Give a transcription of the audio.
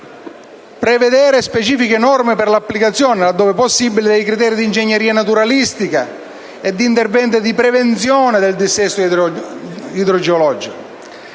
prevedere specifiche norme per l'applicazione, laddove possibile, dei criteri di ingegneria naturalistica agli interventi di prevenzione del sistema idrogeologico;